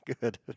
Good